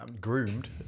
groomed